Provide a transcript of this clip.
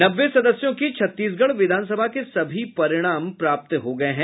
नब्बे सदस्यों की छत्तीसगढ़ विधानसभा के सभी परिणाम प्राप्त हो गए हैं